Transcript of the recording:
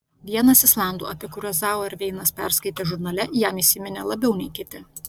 vienas islandų apie kuriuos zauerveinas perskaitė žurnale jam įsiminė labiau nei kiti